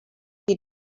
die